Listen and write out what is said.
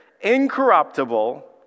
incorruptible